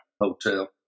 hotel